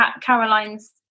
Caroline's